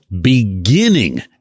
beginning